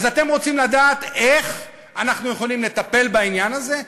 אז אתם רוצים לדעת איך אנחנו יכולים לטפל בעניין הזה?